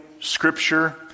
scripture